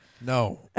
No